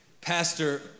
Pastor